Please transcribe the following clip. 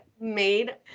Made